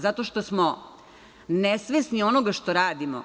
Zato što smo nesvesni onoga što radimo.